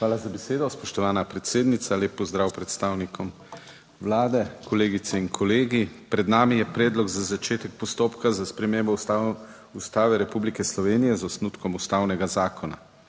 Hvala za besedo, spoštovana predsednica. Lep pozdrav predstavnikom Vlade, kolegice in kolegi. Pred nami je predlog za začetek postopka za spremembo Ustave Republike Slovenije z osnutkom ustavnega zakona.